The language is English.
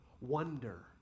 wonder